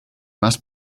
must